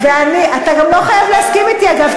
אתה גם לא חייב להסכים אתי, אגב.